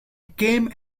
came